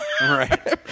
Right